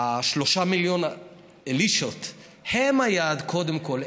3 מיליון "אלישות"; הם היעד קודם כול,